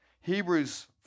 Hebrews